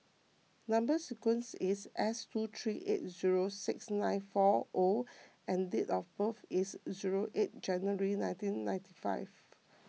Number Sequence is S two three eight zero six nine four O and date of birth is zero eight January nineteen ninety five